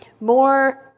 more